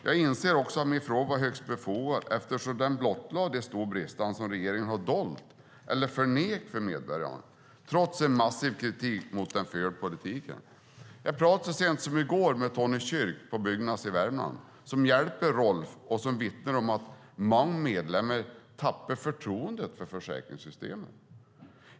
Jag inser också att min interpellation var högst befogad eftersom den blottlade de stora brister regeringen har dolt från eller förnekat för medborgarna, trots en massiv kritik mot den förda politiken. Jag pratade så sent som i går med Tony Kyrk på Byggnads i Värmland, som hjälper Rolf och vittnar om att många medlemmar tappar förtroendet för försäkringssystemet.